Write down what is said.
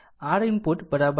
R input RThevenin